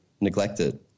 neglected